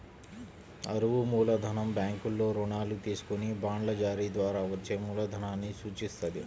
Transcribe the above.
అరువు మూలధనం బ్యాంకుల్లో రుణాలు తీసుకొని బాండ్ల జారీ ద్వారా వచ్చే మూలధనాన్ని సూచిత్తది